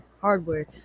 hardware